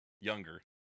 younger